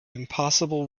impossible